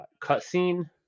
cutscene